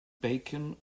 bacon